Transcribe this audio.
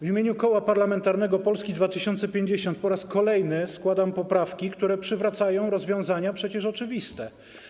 W imieniu Koła Parlamentarnego Polska 2050 po raz kolejny składam poprawki, które przywracają rozwiązania przecież oczywiste.